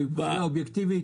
מבחינה אובייקטיבית,